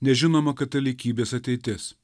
nežinoma katalikybės ateitis